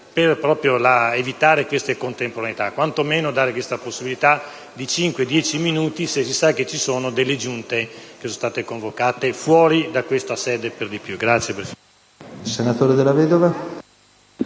senatore Della Vedova,